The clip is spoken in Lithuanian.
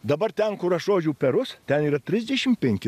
dabar ten kur aš rodžiau perus ten yra trisdešim penki